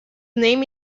name